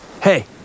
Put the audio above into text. Hey